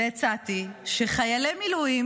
הצעתי שחיילי מילואים,